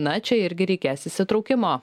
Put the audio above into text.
na čia irgi reikės įsitraukimo